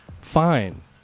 fine